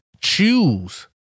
choose